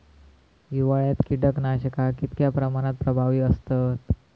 हिवाळ्यात कीटकनाशका कीतक्या प्रमाणात प्रभावी असतत?